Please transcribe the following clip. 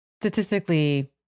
statistically